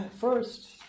first